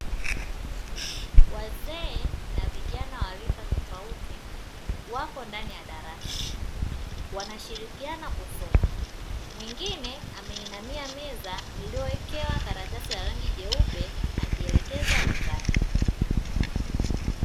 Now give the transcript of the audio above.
Wazee na vijana wa rika tofauti wako ndani ya darasa wanashirikiana kusoma. Mwingine ameinamia meza iliowekewa karatasi la rangi jeupe akielekeza wenzake.